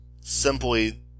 simply